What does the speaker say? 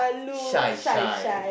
shy shy